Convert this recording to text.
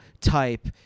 type